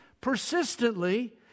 persistently